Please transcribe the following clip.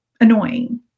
annoying